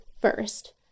first